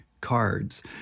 cards